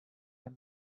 your